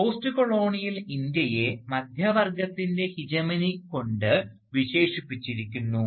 postcolonial ഇന്ത്യയെ മധ്യവർഗത്തിൻറെ hegemony കൊണ്ട് വിശേഷിപ്പിച്ചിരിക്കുന്നു